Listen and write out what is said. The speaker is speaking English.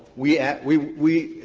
we and we we